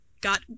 got